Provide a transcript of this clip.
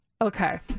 Okay